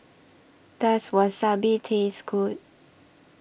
Does Wasabi Taste Good